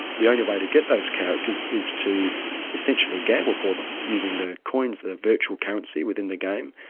the only way to get those characters is to essentially gamble for them, using the coins, the virtual currency within the game,